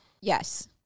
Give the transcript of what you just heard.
yes